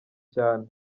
cyane